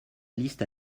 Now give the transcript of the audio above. liste